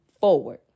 forward